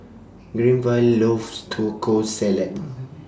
Granville loves Taco Salad